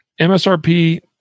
MSRP